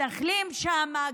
מתנחלים שם,